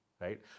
right